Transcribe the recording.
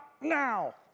now